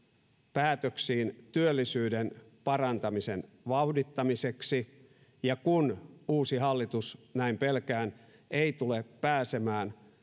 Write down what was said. päätöksiin työllisyyden parantamisen vauhdittamiseksi ja kun uusi hallitus näin pelkään ei tule pääsemään